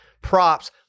props